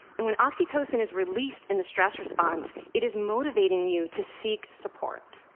and when oxytocin is released in the stress response, it is motivating you to seek support.